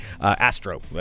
Astro